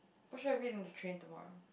what should I read in the train tomorrow